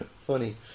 Funny